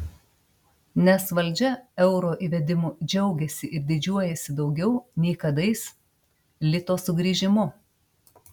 nes valdžia euro įvedimu džiaugiasi ir didžiuojasi daugiau nei kadais lito sugrįžimu